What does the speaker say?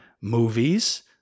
movies